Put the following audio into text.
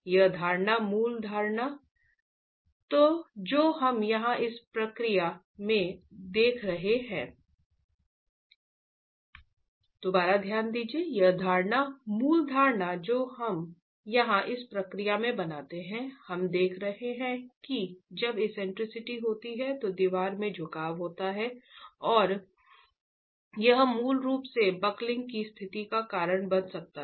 यह धारणा मूल धारणा जो हम यहां इस प्रक्रिया में बनाते हैं हम देख रहे हैं कि जब एक्सेंट्रिसिटी होती हैं तो दीवार में झुकाव होता है और यह मूल रूप से बकलिंग की स्थिति का कारण बन सकता है